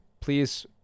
please